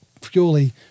purely